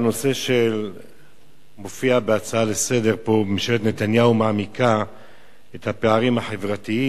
הנושא שמופיע בהצעה פה: ממשלת נתניהו מעמיקה את הפערים החברתיים,